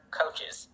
coaches